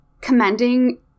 commending